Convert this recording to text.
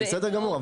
בסדר גמור,